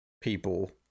people